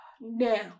Now